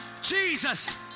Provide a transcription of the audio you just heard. Jesus